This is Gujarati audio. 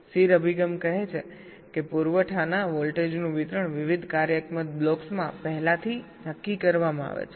સ્થિર અભિગમ કહે છે કે પુરવઠાના વોલ્ટેજનું વિતરણ વિવિધ કાર્યાત્મક બ્લોક્સમાં પહેલાથી નક્કી કરવામાં આવે છે